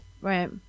Right